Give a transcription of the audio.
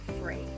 free